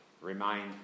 remain